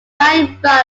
entire